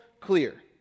clear